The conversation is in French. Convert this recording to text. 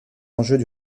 enjeux